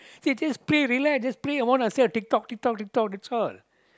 just play relax just play among ourselves tick tock tick tock tick tock that's all